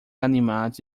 animados